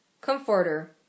Comforter